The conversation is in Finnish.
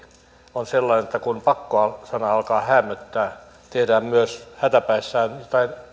on sellainen että kun pakko sana alkaa häämöttää tehdään myös hätäpäissään tai